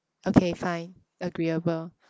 okay fine agreeable